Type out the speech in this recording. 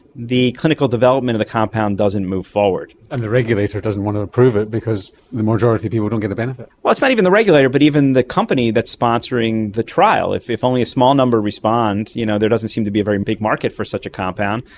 the clinical development of the compound doesn't move forward. and the regulator doesn't want to approve it because the majority of people don't get the benefit. well, it's not even the regulator but even the company that's sponsoring the trial. if if only a small number respond, you know there doesn't seem to be a very big market for such a compound,